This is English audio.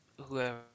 whoever